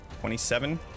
twenty-seven